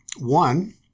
one